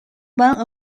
one